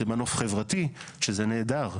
זה מנוף חברתי שזה נהדר,